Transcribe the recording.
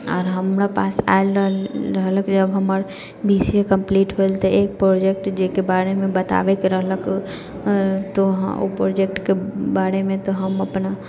आर हमरा पास आयल रहल रहलक जब हमर बी सी ए कम्प्लीट भेल तऽ एक प्रोजेक्ट जाहिके बारेमे बताबैके रहलक हऽ तऽ ओ प्रोजेक्टके बारेमे तऽ हम अपना